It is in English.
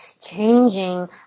changing